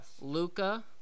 Luca